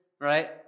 right